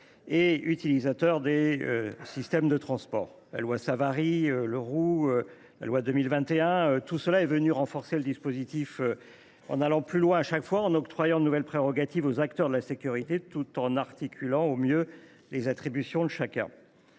les utilisateurs des systèmes de transport. La loi Savary Leroux et la loi Sécurité globale de 2021 sont venues renforcer le dispositif en allant plus loin à chaque fois, en octroyant de nouvelles prérogatives aux acteurs de la sécurité et en articulant au mieux les attributions de chacun.